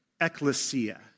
ecclesia